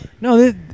No